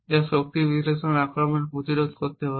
যা শক্তি বিশ্লেষণ আক্রমণ প্রতিরোধ করতে পারে